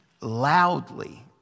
loudly